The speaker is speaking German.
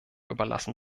überlassen